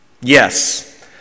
Yes